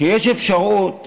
שיש אפשרות נוספת,